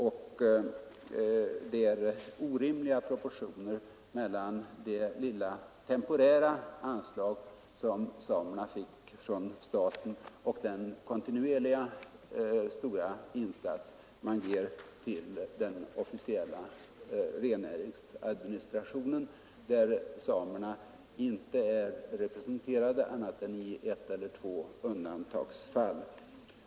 Det är orimliga proportioner mellan detta lilla temporära anslag och det stora anslag som man kontinuerligt ger till den officiella rennäringsadministrationen, där samerna inte är representerade annat än i ett eller två undantagsfall.